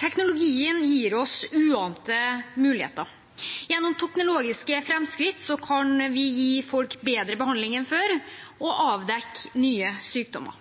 Teknologien gir oss uante muligheter. Gjennom teknologiske framskritt kan vi gi folk bedre behandling enn før og avdekke nye sykdommer.